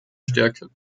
stärke